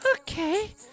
Okay